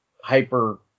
hyper